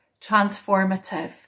transformative